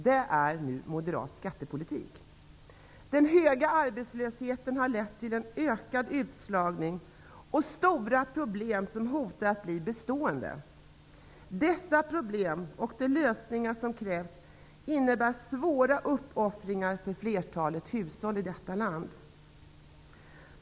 Det är Moderat skattepolitik. Den höga arbetslösheten har lett till en ökad utslagning och stora problem som hotar att bli bestående. Dessa problem, och de lösningar som krävs, innebär svåra uppoffringar för flertalet hushåll i detta land.